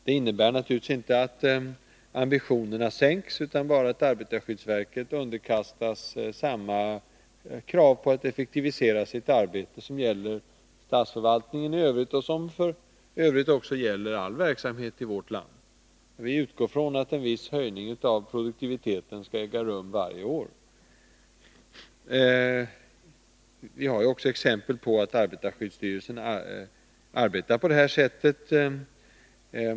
Det innebär naturligtvis inte att ambitionerna sänks, utan bara att arbetarskyddsverket underkastas samma krav på att effektivisera sitt arbete som gäller statsförvaltningen i övrigt— och som f. ö. gäller all verksamhet i vårt land. Vi utgår från att en viss höjning av produktiviteten skall äga rum varje år. Det finns också belägg för att arbetarskyddsstyrelsen arbetar på det här sättet.